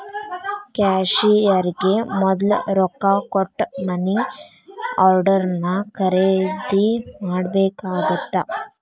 ಕ್ಯಾಶಿಯರ್ಗೆ ಮೊದ್ಲ ರೊಕ್ಕಾ ಕೊಟ್ಟ ಮನಿ ಆರ್ಡರ್ನ ಖರೇದಿ ಮಾಡ್ಬೇಕಾಗತ್ತಾ